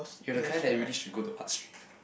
you are the kind that really should go to art stream